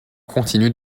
continue